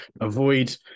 avoid